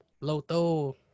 Loto